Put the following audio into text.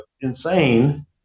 insane